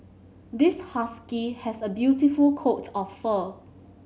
this husky has a beautiful coat of fur